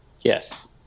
Yes